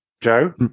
Joe